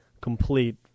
complete